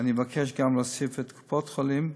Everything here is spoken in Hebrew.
אני אבקש גם להוסיף את קופות-החולים,